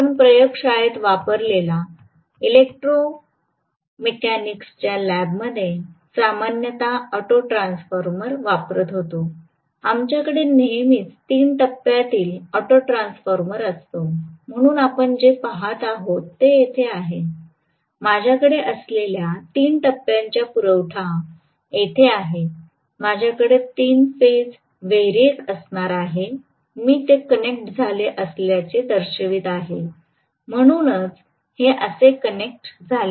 आपण प्रयोगशाळेत वापरलेला इलेक्ट्रो मेकॅनिक्सच्या लॅबमध्ये सामान्यत ऑटो ट्रान्सफॉर्मर वापरत होतो आमच्याकडे नेहमीच तीन टप्प्यातील ऑटो ट्रान्सफॉर्मर असतो म्हणून आपण जे पहात आहोत ते येथे आहे माझ्याकडे असलेल्या तीन टप्प्यांचा पुरवठा येथे आहे माझ्याकडे तीन फेज व्हेरिएक असणार आहे मी ते कनेक्ट झाले असल्यासारखेच दर्शवित आहे म्हणूनच हे असे कनेक्ट झाले आहे